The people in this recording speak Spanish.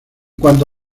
cuanto